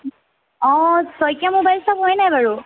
অঁ Saikia mobile shop হয় নাই বাৰু